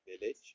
village